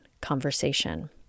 conversation